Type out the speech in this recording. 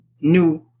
new